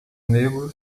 negro